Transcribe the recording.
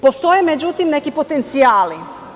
Postoje, međutim, neki potencijali.